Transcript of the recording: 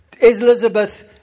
Elizabeth